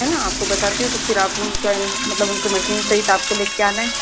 है न आपको बताती हूँ तो फिर आप उनका मतलब उनकाे मशीन सहित आपको ले कर आना है